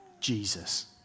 Jesus